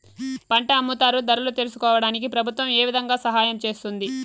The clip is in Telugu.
పంట అమ్ముతారు ధరలు తెలుసుకోవడానికి ప్రభుత్వం ఏ విధంగా సహాయం చేస్తుంది?